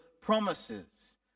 promises